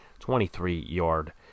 23-yard